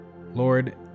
Lord